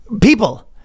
people